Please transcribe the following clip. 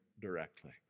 directly